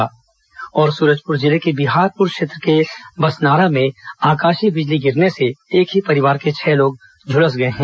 सूरजपुर जिले के बिहारपुर क्षेत्र के बसनारा में आकाशीय बिजली गिरने से एक ही परिवार के छह लोग झूलस गए हैं